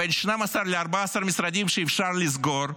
בין 12 ל-14 משרדים שאפשר לסגור,